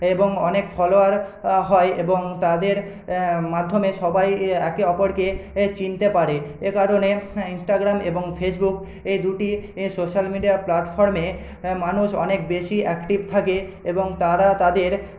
এবং অনেক ফলোয়ার হয় এবং তাদের মাধ্যমে সবাই এ একে অপরকে চিনতে পারে এ কারণে ইনস্টাগ্রাম এবং ফেসবুক এই দুটি এ সোশ্যাল মিডিয়া প্লাটফর্মে মানুষ অনেক বেশি অ্যাকটিভ থাকে এবং তারা তাদের